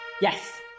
Yes